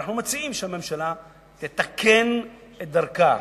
ואנו מציעים שהממשלה תתקן את דרכה.